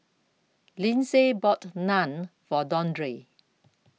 Lindsay bought Naan For Dondre